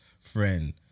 friend